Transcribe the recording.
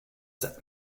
that